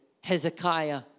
Hezekiah